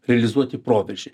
realizuoti proveržį